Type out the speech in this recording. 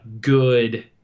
good